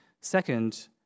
Second